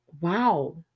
wow